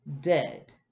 dead